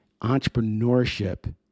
entrepreneurship